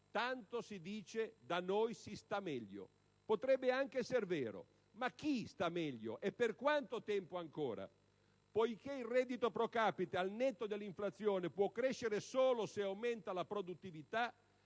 tanto "da noi si sta meglio". È anche vero. Ma chi e per quanto tempo ancora? Poiché il reddito pro-capite, al netto dell'inflazione, può crescere solo se aumenta la produttività,